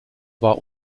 war